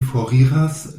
foriras